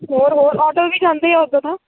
ਹੋਰ ਹੋਰ ਆਟੋ ਵੀ ਜਾਂਦੇ ਆ ਉੱਧਰ ਨੂੰ